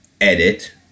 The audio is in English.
edit